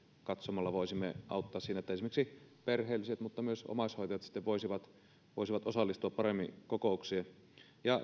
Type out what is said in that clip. katsomalla voisimme auttaa siinä että esimerkiksi perheelliset mutta myös omaishoitajat voisivat sitten osallistua paremmin kokouksiin